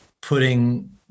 putting